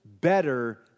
better